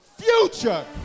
future